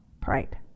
pride